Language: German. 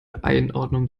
einordnung